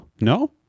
No